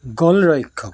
গ'লৰক্ষক